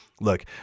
look